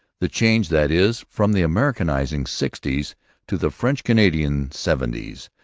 the change, that is, from the americanizing sixties to the french-canadian seventies.